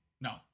No